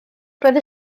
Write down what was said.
roedd